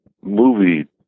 movie